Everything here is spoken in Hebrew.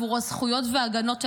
עבור הזכויות וההגנות שלנו,